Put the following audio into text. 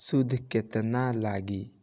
सूद केतना लागी?